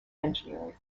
engineering